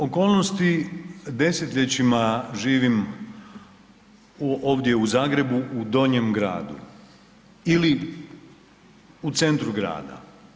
okolnosti desetljećima živim u, ovdje u Zagrebu, u donjem gradu ili u centru grada.